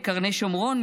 מקרני שומרון,